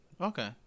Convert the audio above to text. Okay